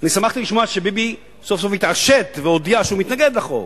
שמחתי לשמוע שביבי סוף-סוף התעשת והודיע שהוא מתנגד לחוק.